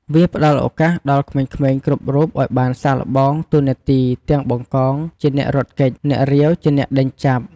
វាផ្តល់ឱកាសដល់ក្មេងៗគ្រប់រូបឱ្យបានសាកល្បងតួនាទីទាំង បង្កង ជាអ្នករត់គេច និង អ្នករាវ ជាអ្នកដេញចាប់។